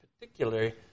particularly